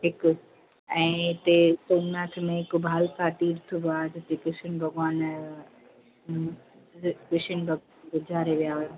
हिक ऐं हुते सोमनाथ में हिकु भालपाती ईष्ट द्वार जिते कृष्ण भॻवानु कृष्ण भॻवानु गुज़ारे विया हुया